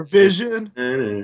vision